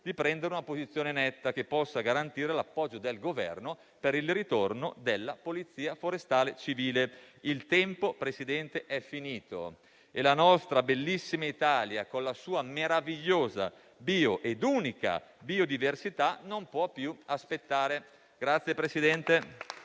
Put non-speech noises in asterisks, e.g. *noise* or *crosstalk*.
di prendere una posizione netta, che garantisca l'appoggio del Governo sul ritorno della polizia forestale civile. Il tempo, signor Presidente, è finito e la nostra bellissima Italia, con la sua meravigliosa e unica biodiversità, non può più aspettare. *applause*